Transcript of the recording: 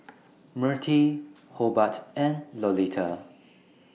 Mirtie Hobart and Lolita